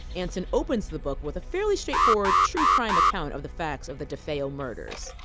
anson opens the book with a fairly straightforward true crime account of the facts of the defeo murders.